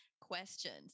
questions